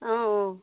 অঁ অঁ